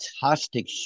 fantastic